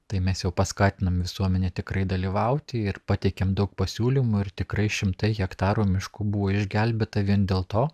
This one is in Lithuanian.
tai mes jau paskatinom visuomenę tikrai dalyvauti ir pateikėm daug pasiūlymų ir tikrai šimtai hektarų miškų buvo išgelbėta vien dėl to